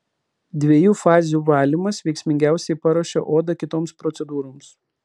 dviejų fazių valymas veiksmingiausiai paruošia odą kitoms procedūroms